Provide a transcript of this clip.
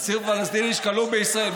אסיר פלסטיני שכלוא בישראל.